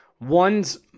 One's